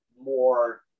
more